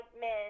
men